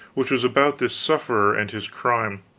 which was about this sufferer and his crime.